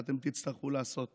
שאתם תצטרכו לעשות